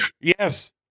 Yes